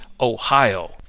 Ohio